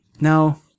Now